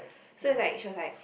so it's like she was like